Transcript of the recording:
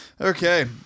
Okay